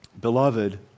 Beloved